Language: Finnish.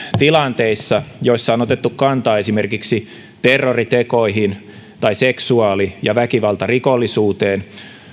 tilanteissa joissa on otettu kantaa esimerkiksi terroritekoihin tai seksuaali ja väkivaltarikollisuuteen